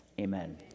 Amen